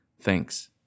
thanks